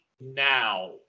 now